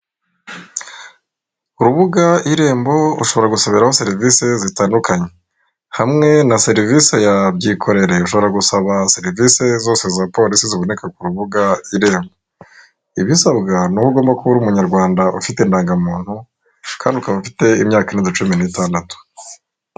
Urubuga Irembo ushobora gusabiraho serivise zitandukanye, hamwe na serivise ya byikorera ushobora gusaba serivise zose za porisi ziboneka ku rubuga Irembo, ibisabwa ni uko ugomba kuba uri Umunyarwanda ufite indangamuntu kandi ukaba ufite imyaka irenga cumi n'itandatu.